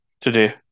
today